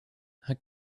had